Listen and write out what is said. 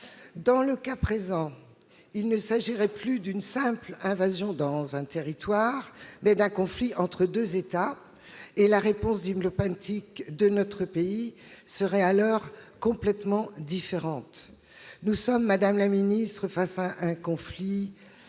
Dans le cas présent, il ne s'agirait plus alors d'une simple intrusion dans un territoire, mais d'un conflit entre deux États, et la réponse diplomatique de notre pays serait complètement différente. Madame la ministre, nous sommes face à un conflit